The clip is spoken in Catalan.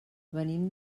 venim